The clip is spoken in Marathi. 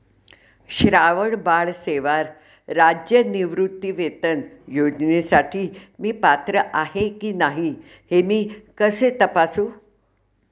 श्रावणबाळ सेवा राज्य निवृत्तीवेतन योजनेसाठी मी पात्र आहे की नाही हे मी कसे तपासू?